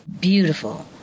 beautiful